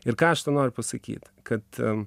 ir ką aš tuo noriu pasakyti kad